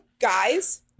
Guys